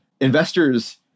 investors